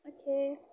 Okay